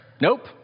nope